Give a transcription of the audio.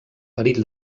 perill